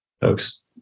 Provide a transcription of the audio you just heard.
folks